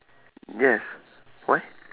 yes why